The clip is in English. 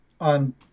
on